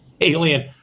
Alien